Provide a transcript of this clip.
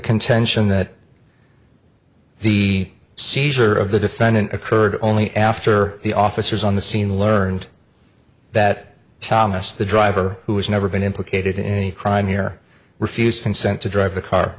contention that the seizure of the defendant occurred only after the officers on the scene learned that thomas the driver who has never been implicated in any crime here refused consent to drive the car